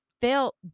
felt